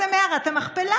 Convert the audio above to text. חבר הכנסת כסיף,